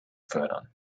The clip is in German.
fördern